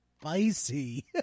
spicy